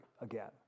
again